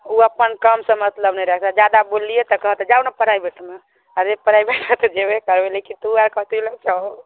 ओ अपन काम सऽ मतलब नहि रहै छै जादा बोललियै तऽ कहत जाउ ने परायभेटमे अरे परायभेटमे तऽ जयबे करबय लेकिन तु आर कथी लए छहो